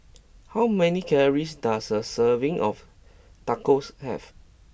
how many calories does a serving of Tacos have